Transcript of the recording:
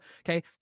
Okay